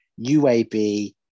uab